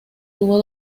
tuvo